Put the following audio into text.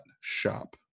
shop